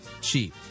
cheap